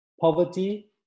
poverty